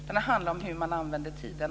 Det handlar också om hur man använder tiden.